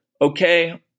Okay